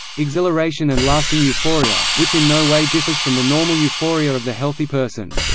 exhilaration and lasting euphoria, which in no way differs from the normal euphoria of the healthy person.